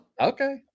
Okay